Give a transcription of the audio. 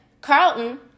Carlton